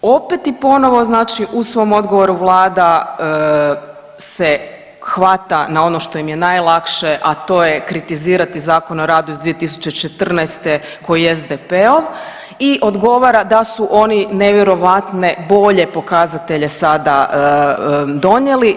Opet i ponovo, znači u svom odgovoru Vlada se hvata na ono što im je najlakše, a to je kritizirati Zakon o radu iz 2014. koji je SDP-ov i odgovara da su oni nevjerovatne bolje pokazatelje sada donijeli.